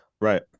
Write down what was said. right